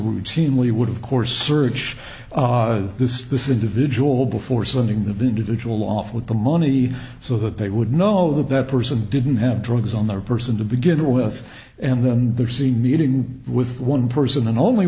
routinely would of course search this this individual before sending the individual off with the money so that they would know that that person didn't have drugs on their person to begin with and then there's the meeting with one person and only